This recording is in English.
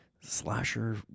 slasher